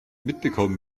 mitbekommen